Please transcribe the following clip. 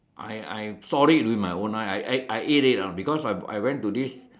I I saw it with my own eyes I I ate it ah because I I went to this